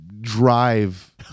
drive